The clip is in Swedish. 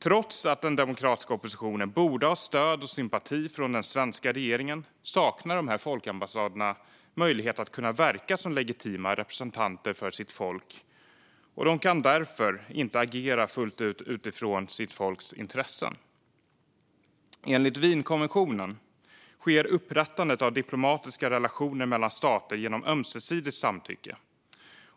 Trots att den demokratiska oppositionen borde ha stöd och sympati från den svenska regeringen saknar dessa folkambassader möjlighet att verka som legitima representanter för sitt folk, och de kan därmed inte agera fullt ut utifrån folkets intressen. Enligt Wienkonventionen sker upprättandet av diplomatiska relationer mellan stater genom ömsesidigt samtycke,